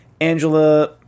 Angela